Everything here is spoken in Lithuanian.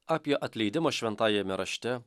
apie atleidimą šventajame rašte